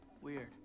Weird